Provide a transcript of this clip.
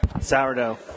Sourdough